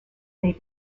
they